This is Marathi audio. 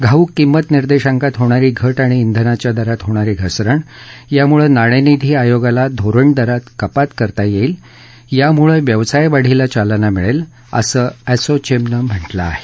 घाऊक किंमत निर्देशाकात होणारी घट आणि बैनाच्या दरात होणारी घसरण यामुळे नाणेनिधी आयोगाला धोरण दरात कपात करता येईल यामुळे व्यवसाय वाढीला चालना मिळेल असं असोचामनं म्हटलं आहे